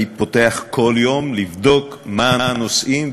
אני פותח כל יום לבדוק מה הנושאים,